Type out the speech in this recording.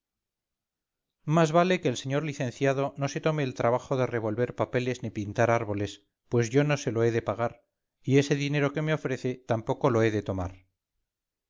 más vale que el señor licenciado no se tome el trabajo de revolver papeles ni pintar árboles pues yo no se lo he de pagar y ese dinero que me ofrece tampoco lo he de tomar